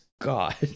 God